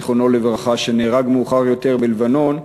זיכרונו לברכה, שנהרג מאוחר יותר בלבנון,